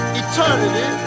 eternity